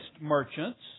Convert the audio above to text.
merchants